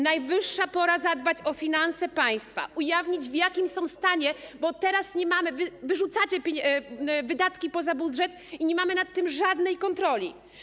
Najwyższa pora zadbać o finanse państwa, ujawnić, w jakim są stanie, bo teraz wyrzucacie wydatki poza budżet i nie mamy nad tym żadnej kontroli.